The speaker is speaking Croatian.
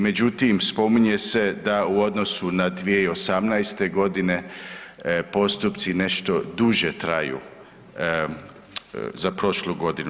Međutim, spominje se da u odnosu na 2018. godine postupci nešto duže traju za prošlu godinu.